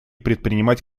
предпринимать